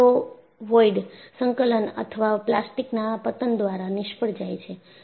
microvoid સંકલન અથવા પ્લાસ્ટિકના પતન દ્વારા નિષ્ફળ જાય છે